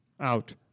out